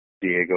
Diego